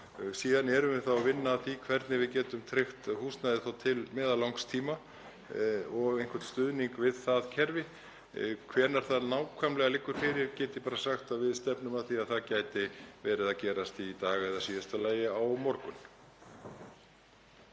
Síðan erum við að vinna að því hvernig við getum tryggt húsnæði til meðallangs tíma og einhvern stuðning við það kerfi. Hvenær það nákvæmlega liggur fyrir get ég bara sagt að við stefnum að því að það gæti verið að gerast í dag eða í síðasta lagi á morgun.